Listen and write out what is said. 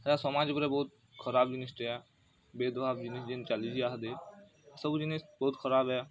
ସେଇଟା ସମାଜ୍ ଉପରେ ବହୁତ ଖରାପ ଜିନିଷ୍ ଟା ଭେଦ ଭାବ ଦିନକୁ ଦିନ ଚାଲିଛ ଈହାଦେ ସବୁ ଜିନିଷ୍ ବହୁତ ଖରାପ ହେ